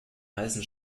heißen